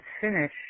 finish